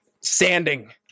sanding